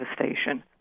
devastation